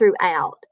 throughout